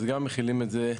אז גם מחילים את זה על החיים.